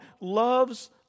loves